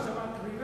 יש שם קרינה.